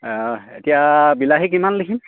এতিয়া বিলাহী কিমান লিখিম